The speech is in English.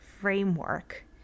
framework